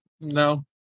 No